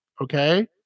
okay